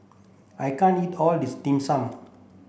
I can't eat all this dim sum